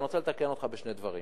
אני רוצה לתקן אותך בשני דברים.